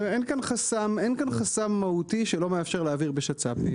אין כאן חסם מהותי שלא מאפשר להעביר בשצ"פים.